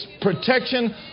protection